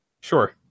Sure